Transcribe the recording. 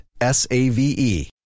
S-A-V-E